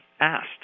asked